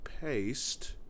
paste